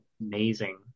Amazing